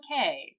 okay